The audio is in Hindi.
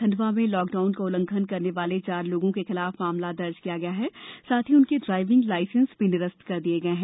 खंडवा में लॉकडाउन का उल्लंघन करने वाले चार लोगों के खिलाफ मामला दर्ज किया गया है साथ ही उनके ड्रायविंग लायसेंस भी निरस्त कर दिये गये हैं